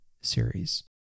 Series